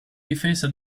difesa